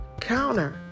counter